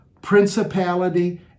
principality